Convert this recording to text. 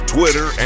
Twitter